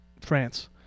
France